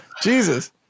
Jesus